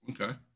Okay